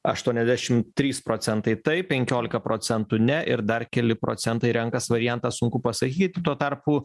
aštuoniasdešim trys procentai tai penkiolika procentų ne ir dar keli procentai renkas variantą sunku pasakyt tuo tarpu